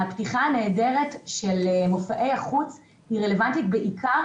הפתיחה הנהדרת של מופעי החוץ היא רלוונטית בעיקר